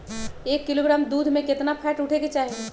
एक किलोग्राम दूध में केतना फैट उठे के चाही?